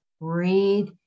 breathe